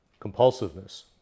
compulsiveness